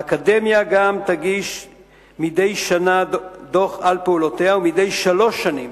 האקדמיה גם תגיש מדי שנה דוח על פעולותיה ומדי שלוש שנים